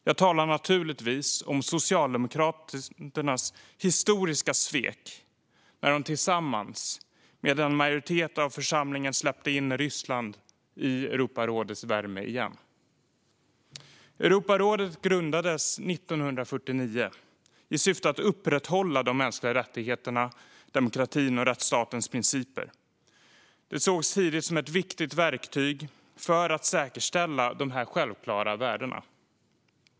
Jag talar naturligtvis om Socialdemokraternas historiska svek när de tillsammans med en majoritet av församlingen släppte in Ryssland i Europarådets värme igen. Europarådet grundades 1949 i syfte att upprätthålla de mänskliga rättigheterna, demokratin och rättsstatens principer. Det sågs tidigt som ett viktigt verktyg för att säkerställa dessa självklara värden.